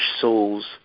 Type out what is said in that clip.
souls